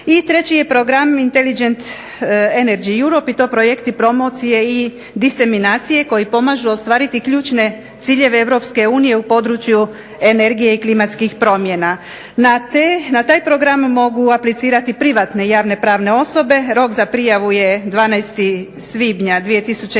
i treći je program Intelligent energy Europe i to projekti promocije i ... koji pomažu ostvariti ključne ciljeve Europske unije u području energije i klimatskih promjena. Na taj program mogu aplicirati privatne javne pravne osobe, rok za prijavu je 12. svibnja 2011.